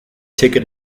ticket